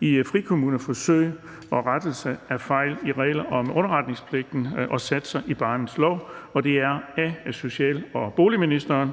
i Frikommuneforsøg II og rettelse af fejl i regler om underretningspligten og satser m.v. i barnets lov). Af social- og boligministeren